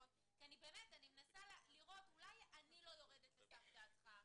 אני מנסה לראות אולי אני לא יורדת לסוף דעתכם.